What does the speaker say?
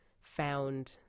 found